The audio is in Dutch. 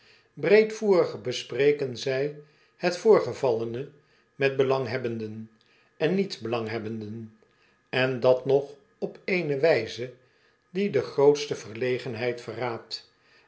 breedvoerig bespreken zii het voorgevallene met belanghebbenden en niet belanghebbenden en dat nog op eene wijze die de grootste verlegenheid verraadt